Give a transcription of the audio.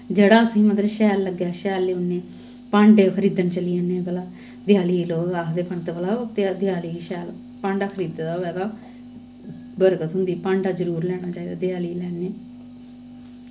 जेह्ड़ा असें गी मतलब शैल लग्गै शैल लेऔन्नें भांडे खरीदन चली जन्नें भला देआली गी लोग आखदे पंत भला ओ दे देआली गी शैल भांडा खरीदे दा होऐ तां बरकत होंदी भांडा जरूर लेऔना चाहिदा देआली गी लैन्नें